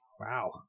Wow